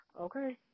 Okay